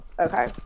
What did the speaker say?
Okay